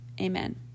Amen